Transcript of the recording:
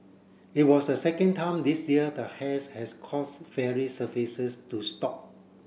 it was a second time this year the haze has caused ferry services to stop